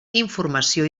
informació